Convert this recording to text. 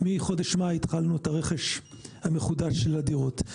מחודש מאי התחלנו את הרכש המחודש של הדירות.